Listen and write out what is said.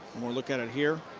we look at it here.